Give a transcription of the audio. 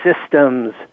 systems